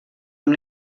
amb